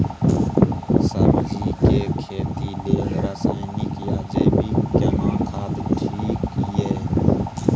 सब्जी के खेती लेल रसायनिक या जैविक केना खाद ठीक ये?